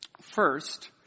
first